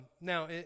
Now